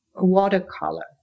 watercolor